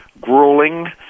grueling